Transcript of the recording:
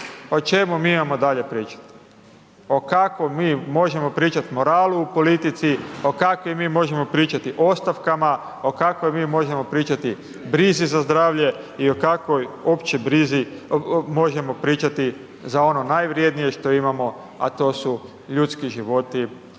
o čemu mi imamo dalje pričati. O kakvom mi možemo pričati moralu u politici? Ovakvim mi možemo pričati ostavkama, o kakvim mi možemo pričati brizi za zdravlje i o kakvoj uopće brizi možemo pričati za ono najvrijednije što imamo, a to su ljudski životi naših